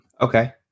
Okay